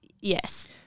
Yes